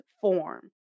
form